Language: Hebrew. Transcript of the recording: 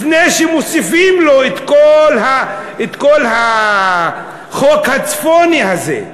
לפני שמוסיפים לו את כל החוק הצפוני הזה.